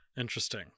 Interesting